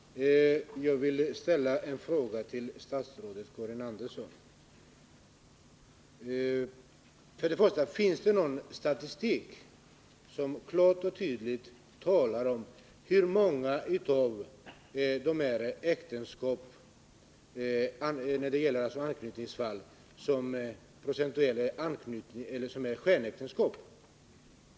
Herr talman! Jag vill ställa ett par frågor till statsrådet Karin Andersson. För det första vill jag fråga: Finns det någon statistik som klart och tydligt visar hur många av anknytningsfallen som är skenäktenskap?